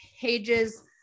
pages